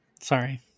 Sorry